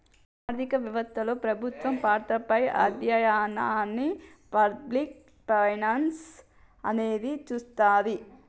ఆర్థిక వెవత్తలో ప్రభుత్వ పాత్రపై అధ్యయనాన్ని పబ్లిక్ ఫైనాన్స్ అనేది చూస్తది